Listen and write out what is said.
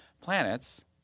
planets